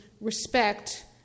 respect